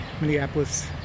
Minneapolis